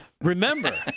Remember